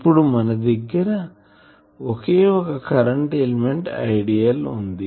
ఇప్పుడు మన దగ్గర ఒకే ఒక కరెంటు ఎలిమెంట్ Idl వుంది